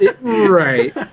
right